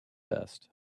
best